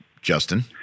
Justin